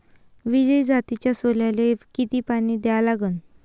विजय जातीच्या सोल्याले किती पानी द्या लागन?